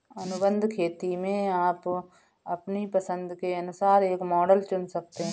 अनुबंध खेती में आप अपनी पसंद के अनुसार एक मॉडल चुन सकते हैं